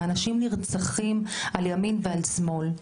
אנשים נרצחים על ימין ועל שמאל.